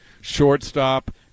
shortstop